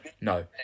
no